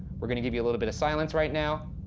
we're gonna give you a little bit of silence right now,